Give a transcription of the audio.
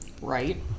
Right